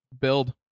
build